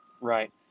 right